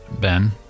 Ben